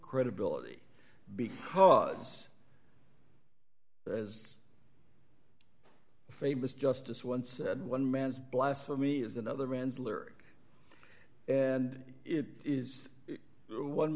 credibility because as famous justice once said one man's blasphemy is another man's lurk and it is one